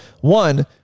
One